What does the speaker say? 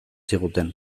ziguten